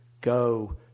go